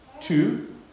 two